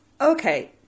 Okay